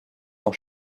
dans